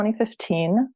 2015